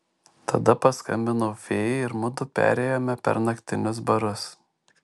tada paskambinau fėjai ir mudu perėjome per naktinius barus